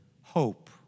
hope